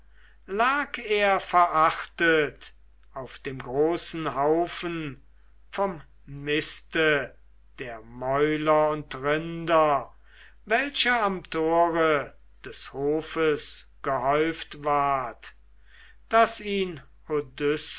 lag er verachtet auf dem großen haufen vom miste der mäuler und rinder welcher am tore des hofes gehäuft ward daß ihn